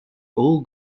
all